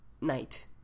night